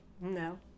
No